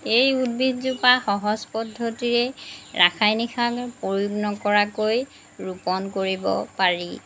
এই উদ্ভিদজোপা সহজ পদ্ধতিৰেই ৰাসায়নিক সাৰ প্ৰয়োগ নকৰাকৈ ৰোপণ কৰিব পাৰি